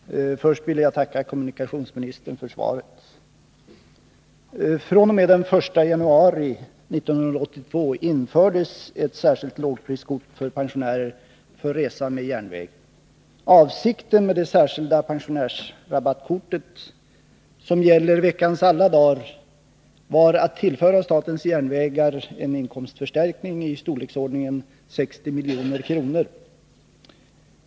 Herr talman! Först vill jag tacka kommunikationsministern för svaret. fr.o.m., den 1 januari 1982 infördes ett särskilt lågpriskort för pensionärer för resa med järnväg. Avsikten med det särskilda pensionärsrabattkortet, som gäller veckans alla dagar, var att tillföra statens järnvägar en inkomstförstärkning i storleksordnigen 60 milj.kr.